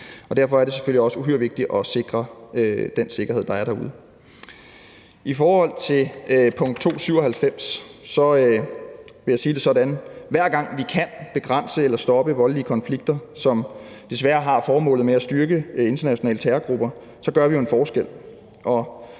Derfor er det selvfølgelig også uhyre vigtigt at sørge for, at der er den sikkerhed derude. I forhold til B 297 vil jeg sige det sådan, at hver gang vi kan begrænse eller stoppe voldelige konflikter, som desværre har det med at styrke internationale terrorgrupper, så gør vi en forskel.